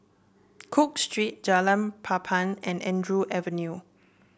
Cook Street Jalan Papan and Andrew Avenue